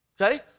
okay